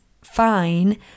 fine